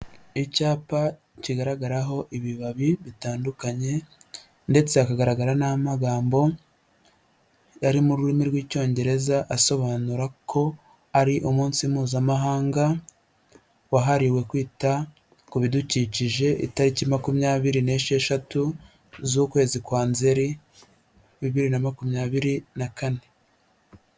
Icyapa kigaragaraho ibibabi bitandukanye ndetse hakagaragara n'amagambo ari mu rurimi rw'icyongereza, asobanura ko ari umunsi mpuzamahanga wahariwe kwita ku bidukikije itariki makumyabiri n'esheshatu z'ukwezi kwa nzeri bibiri na makumyabiri na kane.